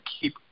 Keep